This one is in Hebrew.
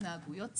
התנהגויות סיכון,